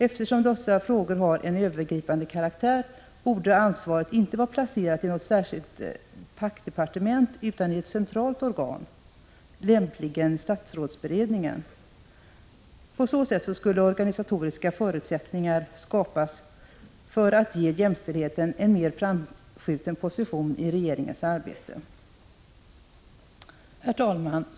Eftersom dessa frågor är av övergripande karaktär borde ansvaret inte åvila något särskilt fackdeparement utan ett centralt organ, lämpligen statsrådsberedningen. På så sätt skulle organisatoriska förutsättningar skapas för att ge jämställdheten en mer framskjuten position i regeringens arbete. Herr talman!